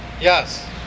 Yes